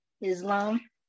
Islam